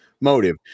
motive